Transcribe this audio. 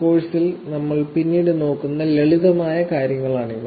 കോഴ്സിൽ നമ്മൾ പിന്നീട് നോക്കുന്ന ലളിതമായ കാര്യങ്ങളാണിവ